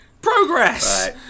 Progress